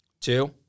two